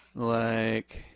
like,